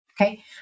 Okay